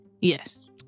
Yes